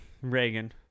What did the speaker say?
reagan